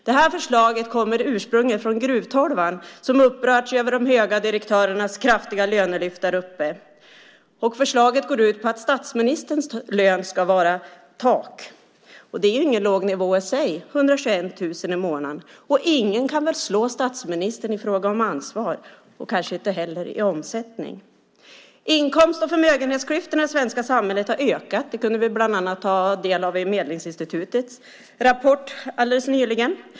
Det här förslaget kommer ursprungligen från Gruvtolvan, som upprörts över de höga direktörernas kraftiga lönelyft däruppe. Förslaget går ut på att statsministerns lön ska vara tak. Det är ingen låg nivå i sig, 121 000 i månaden. Och ingen kan väl slå statsministern i fråga om ansvar och kanske inte heller i fråga om omsättning. Inkomst och förmögenhetsklyftorna i svenska samhället har ökat. Det kunde vi bland annat ta del av i Medlingsinstitutets rapport alldeles nyligen.